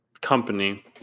company